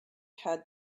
had